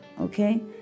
okay